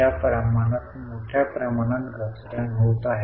या प्रमाणात मोठ्या प्रमाणात घसरण होत आहे